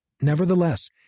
Nevertheless